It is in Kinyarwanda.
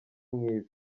nk’ibi